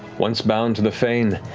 once bound to the fane,